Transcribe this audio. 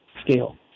scale